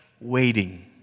waiting